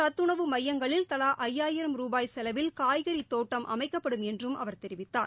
சத்துணவு மையங்களில் தலாஐயாயிரம் ரூபாய் செலவில் காய்கறித் தோட்டம் அமைக்கப்படும் என்றும் அவர் தெரிவித்தார்